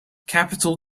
capital